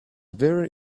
very